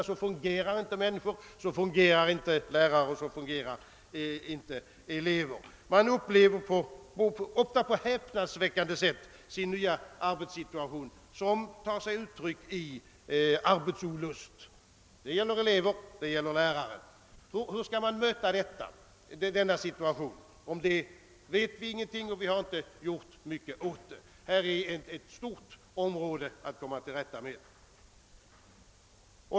Så fungerar inte en skola och inte heller lärare och elever. De upplever ofta sin nya arbetssituation häpnadsväckande negativt, vilket tar sig uttryck i arbetsolust både för elever och för lärare. Vi vet inget om hur man skall möta denna situation, och vi har inte gjort mycket åt detta förhållande. Det är ett stort område att komma till rätta med.